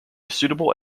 suitable